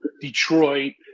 Detroit